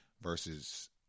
versus